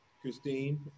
Christine